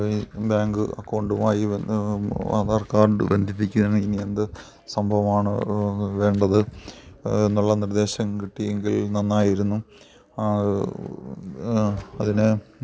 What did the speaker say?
ഈ ബാങ്ക് അക്കൗണ്ടുമായി ആധാർ കാർഡ് ബന്ധിപ്പിക്കുകയെങ്കിൽ എന്ത് സംഭവമാണ് വേണ്ടത് എന്നുള്ള നിർദ്ദേശം കിട്ടിയെങ്കിൽ നന്നായിരുന്നു അത് അതിനെ